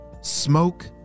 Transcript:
smoke